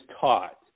taught